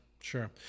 Sure